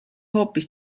hoopis